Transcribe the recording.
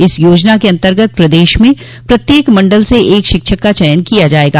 इस याजना के अन्तर्गत प्रदेश में प्रत्येक मंडल से एक शिक्षक का चयन किया जायेगा